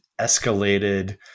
escalated